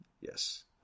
Yes